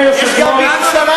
יש גם בירושלים